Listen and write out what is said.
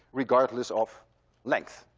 regardless of length.